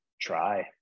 try